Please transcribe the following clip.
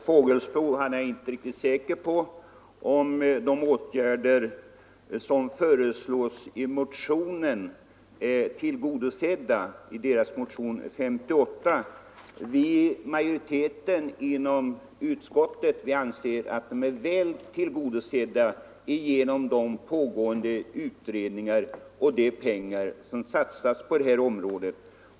Herr talman! Herr Fågelsbo är inte riktigt säker på om det som föreslås i motionen 58 tillgodoses genom de pågående utredningarna. Utskottsmajoriteten anser att motionsförslagen är väl tillgodosedda genom de pågående utredningarna och genom de pengar som satsas på det här området.